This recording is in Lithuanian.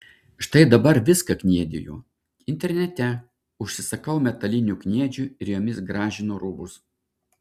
štai dabar viską kniediju internete užsisakau metalinių kniedžių ir jomis gražinu rūbus